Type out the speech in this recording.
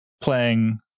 playing